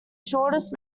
shortest